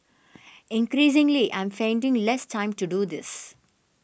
increasingly I'm finding less time to do this